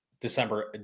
December